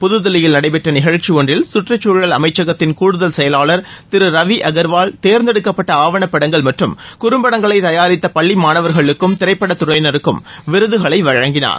புத்தில்லியில் நடைபெற்ற நிகழ்ச்சி ஒன்றில் சுற்றுச்சூழல் அமைச்சகத்தின் கூடுதல் செயலாளர் திரு ரவி அகர்வால் தேர்ந்தெடுக்கப்பட்ட ஆவணப்படங்கள் மற்றும் குறும் படங்களை தயாரித்த பள்ளி மாணவர்களுக்கும் திரைப்படத்துறையினக்கும் விருதுகளை வழங்கினார்